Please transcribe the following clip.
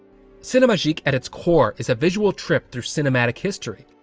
cinemagique at its core, is a visual trip through cinematic history.